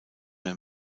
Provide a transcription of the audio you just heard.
mehr